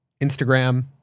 Instagram